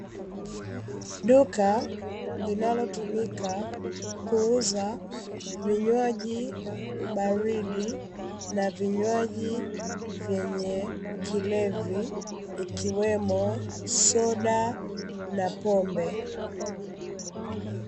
Duka linalotumika kuuza vinywaji baridi na vinywaji vyenye kilevi, ikiwemo soda na pombe.